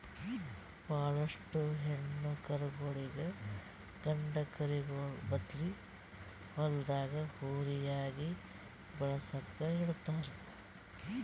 ಭಾಳೋಷ್ಟು ಹೆಣ್ಣ್ ಕರುಗೋಳಿಗ್ ಗಂಡ ಕರುಗೋಳ್ ಬದ್ಲಿ ಹೊಲ್ದಾಗ ಹೋರಿಯಾಗಿ ಬೆಳಸುಕ್ ಇಡ್ತಾರ್